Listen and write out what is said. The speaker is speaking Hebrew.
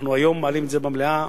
אנחנו היום מעלים את זה במליאה,